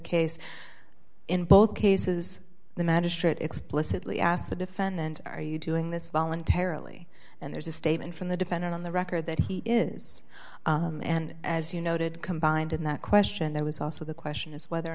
case in both cases the magistrate explicitly asked the defendant are you doing this voluntarily and there's a statement from the defendant on the record that he is and as you noted combined in that question there was also the question is whether or